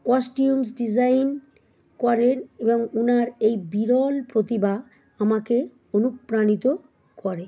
costumes design করেন এবং উনার এই বিরল প্রতিভা আমাকে অনুপ্রাণিত করে